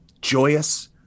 joyous